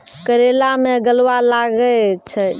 करेला मैं गलवा लागे छ?